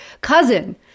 Cousin